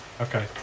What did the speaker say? Okay